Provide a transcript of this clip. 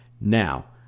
Now